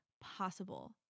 possible